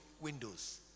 windows